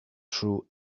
true